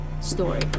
story